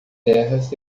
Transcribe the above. terras